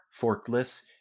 Forklifts